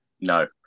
No